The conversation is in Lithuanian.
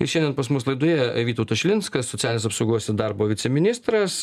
ir šiandien pas mus laidoje vytautas šilinskas socialinės apsaugos ir darbo viceministras